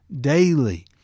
daily